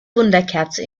wunderkerze